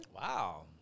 Wow